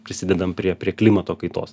prisidedam prie prie klimato kaitos